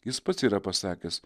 jis pats yra pasakęs